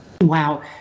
Wow